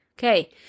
Okay